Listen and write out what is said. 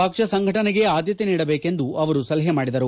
ಪಕ್ಷ ಸಂಘಟನೆಗೆ ಆದ್ಮತೆ ನೀಡಬೇಕೆಂದು ಅವರು ಸಲಹೆ ಮಾಡಿದರು